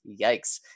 Yikes